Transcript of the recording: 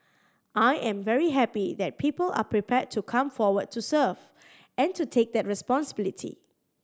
I am very happy that people are prepared to come forward to serve and to take that responsibility